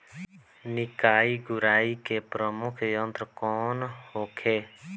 निकाई गुराई के प्रमुख यंत्र कौन होखे?